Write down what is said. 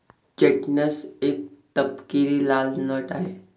chestnut एक तपकिरी लाल नट आहे